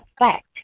effect